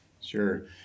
Sure